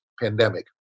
pandemic